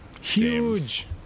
huge